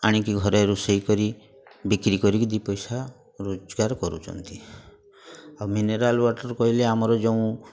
ଆଣିକି ଘରେ ରୋଷେଇ କରି ବିକ୍ରି କରିକି ଦୁଇ ପଇସା ରୋଜଗାର କରୁଛନ୍ତି ଆଉ ମିନାରାଲ୍ ୱାଟର୍ କହିଲେ ଆମର ଯେଉଁ